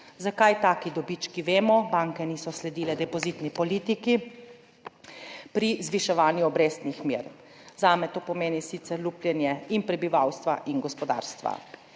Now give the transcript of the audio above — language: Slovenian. zakaj taki dobički, vemo – banke niso sledile depozitni politiki pri zviševanju obrestnih mer. Zame to pomeni sicer lupljenje prebivalstva in gospodarstva.